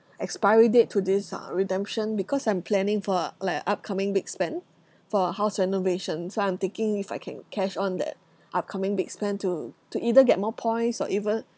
expiry date to this uh redemption because I'm planning for a like a upcoming big spend for a house renovation so I'm thinking if I can cash on that upcoming big spend to to either get more points or even